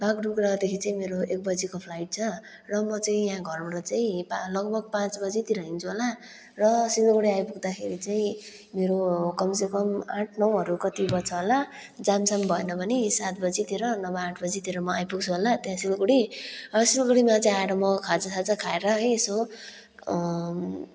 बागडोग्रादेखि चाहिँ मेरो एक बजीको फ्लाइट छ र म चाहिँ यहाँ घरबाट चाहिँ लगभग पाँ पाँच बजीतिर हिँड्छु होला र सिलगढी आइपुग्दाखेरि चाहिँ मेरो कम से कम आठ नौहरू कति बज्छ होला जामसाम भएन भने सात बजीतिर नभए आठ बजीतिर म आइपुग्छु होला त्यहाँ सिलगढी सिलगढीमा चाहिँ आएर म खाजासाजा खाएर है यसो